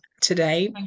today